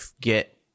get